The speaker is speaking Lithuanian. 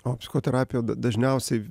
o psichoterapijoj dažniausiai